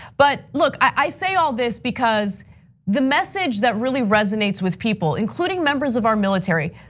but, look, i say all this because the message that really resonates with people. including members of our military,